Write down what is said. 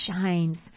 shines